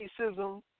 racism